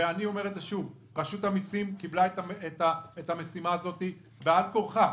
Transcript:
ואני אומר שוב: רשות המסים קיבלה את המשימה הזאת בעל כורחה,